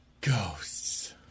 ghosts